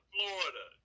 Florida